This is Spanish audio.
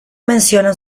mencionan